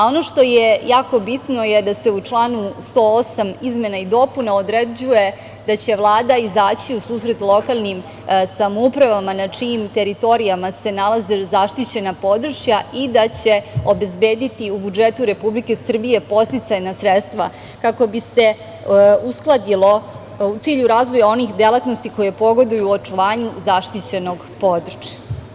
Ono što je jako bitno je da se u članu 108. izmena i dopuna određuje da će Vlada izaći u susret lokalnim samoupravama na čijim teritorijama se nalaze zaštićena područja i da će obezbediti u budžetu Republike Srbije podsticajna sredstva kako bi se uskladilo u cilju razvoja onih delatnosti koje pogoduju očuvanju zaštićenog područja.